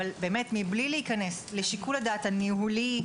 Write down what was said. אבל מבלי להיכנס לשיקול הדעת הניהולי,